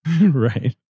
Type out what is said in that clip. Right